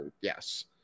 Yes